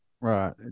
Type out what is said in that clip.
Right